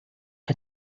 der